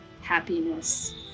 happiness